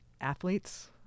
athletes